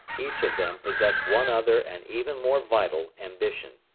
each of them possessed one other and even more vital ambition.